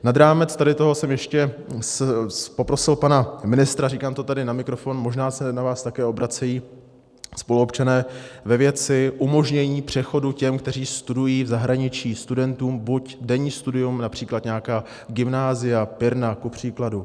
Nad rámec tady toho jsem ještě poprosil pana ministra říkám to tady na mikrofon, možná se na vás také obracejí spoluobčané ve věci umožnění přechodu těm, kteří studují v zahraničí, studentům, buď denní studium, například nějaká gymnázia, Pirna kupříkladu.